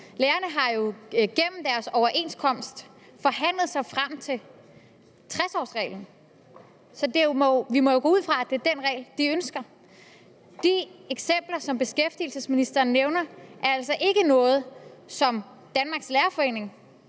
Lærerne har jo gennem deres overenskomst forhandlet sig frem til 60-årsreglen, så vi må jo gå ud fra, at det er den regel, de ønsker. De eksempler, som beskæftigelsesministeren nævner, er altså ikke noget, som Danmarks Lærerforening